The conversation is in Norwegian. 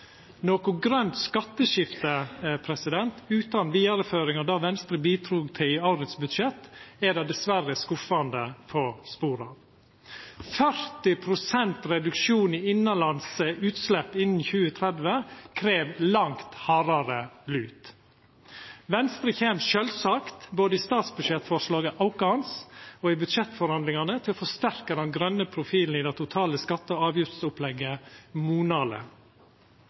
Noko grønt skatteskifte utan vidareføring av det som Venstre bidrog til i årets budsjett, er det dessverre skuffande få spor av. 40 pst. reduksjon i innanlandske utslepp innan 2030 krev langt hardare lut. Venstre kjem sjølvsagt – både i statsbudsjettforslaget vårt og i budsjettforhandlingane – til å forsterka den grøne profilen i det totale skatte- og avgiftsopplegget